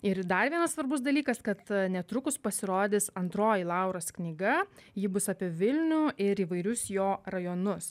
ir dar vienas svarbus dalykas kad netrukus pasirodys antroji lauros knyga ji bus apie vilnių ir įvairius jo rajonus